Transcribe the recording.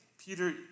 Peter